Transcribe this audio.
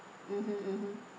mmhmm mmhmm